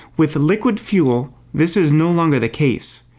with liquid fuel this is no longer the case.